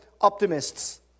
optimists